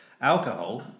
Alcohol